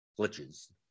glitches